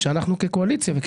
אני